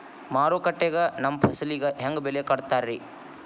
ಮಾರುಕಟ್ಟೆ ಗ ನಮ್ಮ ಫಸಲಿಗೆ ಹೆಂಗ್ ಬೆಲೆ ಕಟ್ಟುತ್ತಾರ ರಿ?